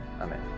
Amen